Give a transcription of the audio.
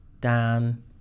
Dan